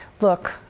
Look